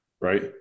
right